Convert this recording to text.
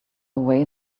away